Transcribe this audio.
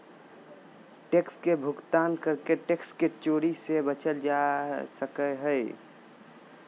tax के भुगतान करके टैक्स के चोरी से बचल जा सको हय